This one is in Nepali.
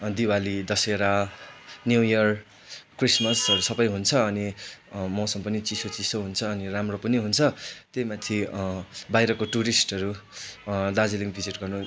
दिवाली दशहरा न्यु इयर क्रिसमसहरू सबै हुन्छ अनि मौसम पनि चिसो चिसो हुन्छ अनि राम्रो पनि हुन्छ त्यही माथि बाहिरको टुरिस्टहरू दार्जिलिङ भिजिट गर्नु